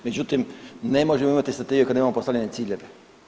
Međutim, ne možemo imati strategiju kad nemamo postavljene ciljeve.